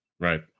Right